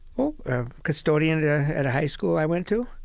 well, a custodian yeah at a high school i went to.